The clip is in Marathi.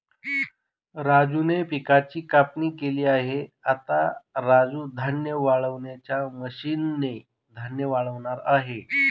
राजूने पिकाची कापणी केली आहे, आता राजू धान्य वाळवणाच्या मशीन ने धान्य वाळवणार आहे